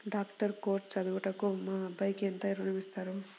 Doctor course చదువుటకు మా అబ్బాయికి ఎంత ఋణం ఇస్తారు?